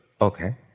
Okay